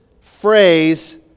phrase